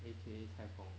A_K_A caipng